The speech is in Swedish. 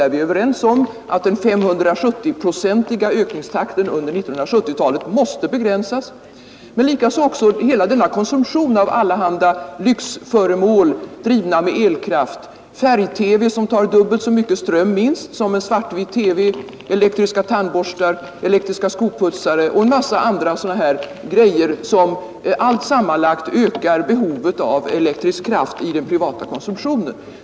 Vi är överens om att den 570-procentiga ökningstakten under 1970-talet måste begränsas, liksom vi också är överens om att vi måste minska hela denna konsumtion av allehanda lyxföremål, som drivs med elkraft: Färg-TV, som drar minst dubbelt så mycket ström som en svart-vit TV, elektriska tandborstar, elektriska skoputsare och en massa andra sådana här föremål som allt sammanlagt ökar behovet av elektrisk kraft i den privata konsumtionen.